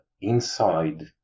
inside